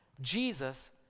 Jesus